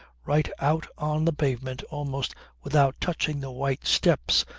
right out on the pavement, almost without touching the white steps,